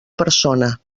persona